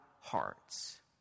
hearts